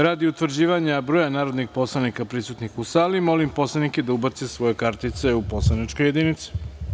Radi utvrđivanja broja narodnih poslanika prisutnih u sali, molim poslanike da ubace svoje kartice u svoje poslaničke jedinice.